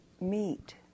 meet